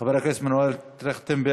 חבר הכנסת מנואל טרכטנברג.